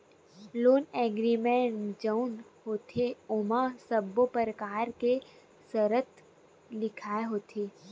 loan agreement जउन होथे ओमा सब्बो परकार के सरत लिखाय होथे